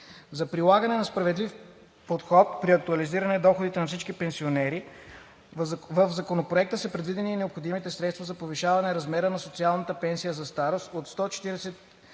За прилагане на справедлив подход при актуализиране доходите на всички пенсионери в Законопроекта са предвидени и необходимите средства за повишаване размера на социалната пенсия за старост от 148,71